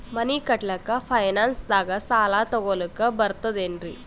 ಮನಿ ಕಟ್ಲಕ್ಕ ಫೈನಾನ್ಸ್ ದಾಗ ಸಾಲ ತೊಗೊಲಕ ಬರ್ತದೇನ್ರಿ?